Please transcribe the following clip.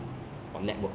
八年真的